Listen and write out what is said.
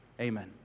Amen